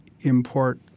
import